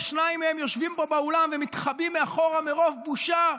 ששניים מהם יושבים פה באולם ומתחבאים מאחור מרוב בושה,